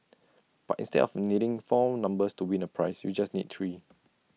but instead of needing four numbers to win A prize you just need three